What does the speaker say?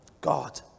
God